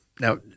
Now